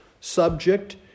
subject